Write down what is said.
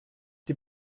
die